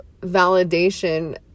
validation